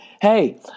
hey